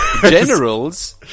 generals